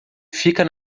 fica